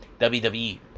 WWE